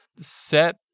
Set